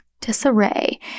disarray